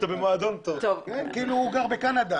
כאילו הוא גר בקנדה.